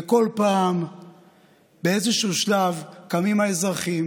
וכל פעם באיזשהו שלב קמים האזרחים